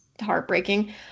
heartbreaking